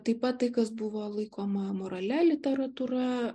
taip pat tai kas buvo laikoma amoralia literatūra